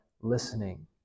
listening